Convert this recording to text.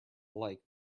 like